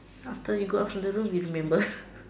after you go off a little you'll remember